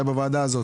שהיה בוועדה הזאת,